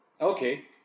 okay